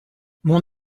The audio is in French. mon